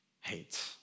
hate